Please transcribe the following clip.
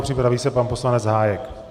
Připraví se pan poslanec Hájek.